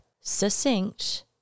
succinct